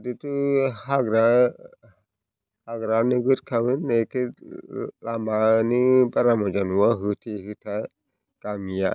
बेथ' हाग्रा हाग्राया नोगोरखामोन एखे लामानि बारा मोजां नङा होथे होथा गामिया